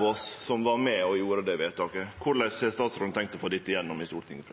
oss som var med og gjorde det vedtaket. Korleis har statsråden tenkt å få dette igjennom i Stortinget?